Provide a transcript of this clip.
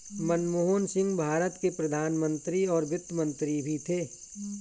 मनमोहन सिंह भारत के प्रधान मंत्री और वित्त मंत्री भी थे